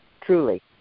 truly